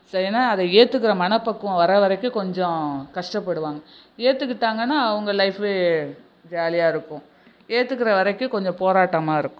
ஏன்னா அதை ஏற்றுக்குற மனப்பக்குவம் வரவரைக்கும் கொஞ்சம் கஷ்டபடுவாங்க ஏற்றுக்கிட்டாங்கன்னா அவங்க லைஃப்பு ஜாலியாக இருக்கும் ஏற்றுக்குற வரைக்கும் கொஞ்சம் போராட்டமாக இருக்கும்